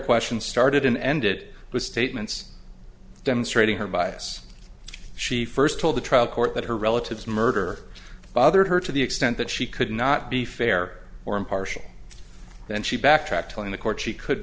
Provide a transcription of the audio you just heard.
questions started and ended with statements demonstrating her bias she first told the trial court that her relatives murder bothered her to the extent that she could not be fair or impartial then she backtracked telling the court she could